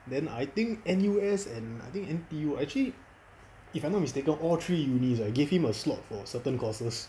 then I think N_U_S and I think N_T_U actually if I not mistaken all three uni ah gave him a slot for certain courses